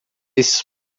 esses